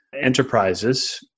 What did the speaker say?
enterprises